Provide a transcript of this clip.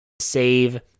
save